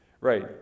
right